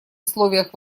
условиях